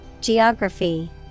Geography